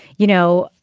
you know,